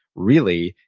really,